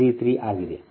6933 ಆಗಿದೆ